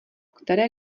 které